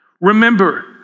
remember